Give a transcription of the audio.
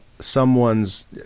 someone's